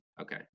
Okay